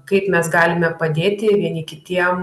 kaip mes galime padėti vieni kitiem